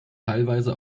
teilweise